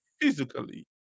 physically